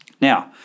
Now